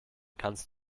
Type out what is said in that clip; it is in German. kannst